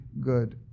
good